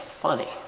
funny